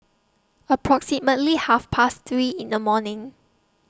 approximately Half Past three in The morning